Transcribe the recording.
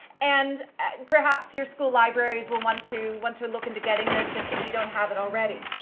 and and perhaps your school libraries will want to want to look into getting this if if you don't have it already.